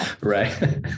Right